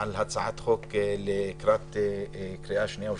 על הצעת חוק לקריאה שנייה ושלישית.